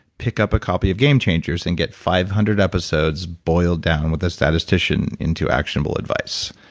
pick up a copy of game changers and get five hundred episodes boiled down with a statistician into actionable advice.